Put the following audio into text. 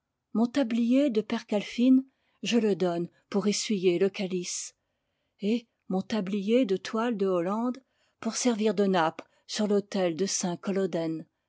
mon tablier de percale fine je le donne pour essuyer le calice et mon tablier de toile de hollande pour servir de nappe sur l'autel de